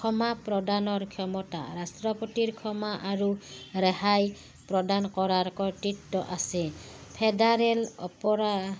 ক্ষমা প্ৰদানৰ ক্ষমতা ৰাষ্ট্ৰপতিৰ ক্ষমা আৰু ৰেহাই প্ৰদান কৰাৰ কতৃত্ব আছে ফেডাৰেল